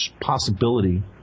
possibility